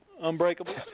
Unbreakable